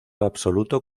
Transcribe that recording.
absoluto